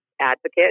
advocate